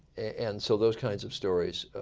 and so those kinds of stories,